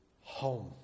home